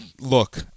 look